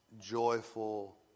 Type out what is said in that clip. joyful